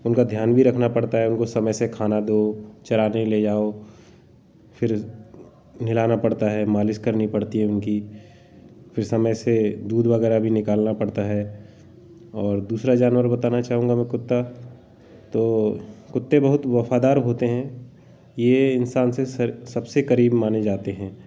उनका ध्यान भी रखना पड़ता है उनको समय से खाना दो चराने ले जाओ फिर नहलाना पड़ता है मालिश करनी पड़ती है उनकी फिर समय से दूध वगैरह भी निकालना पड़ता है और दूसरा जानवर मैं बताना चाहूँगा कुत्ता तो कुत्ते बहुत वफ़ादार होते हैं ये इंसान से सबसे करीब माने जाते हैं